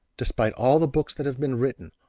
despite all the books that have been written,